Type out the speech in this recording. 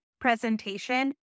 presentation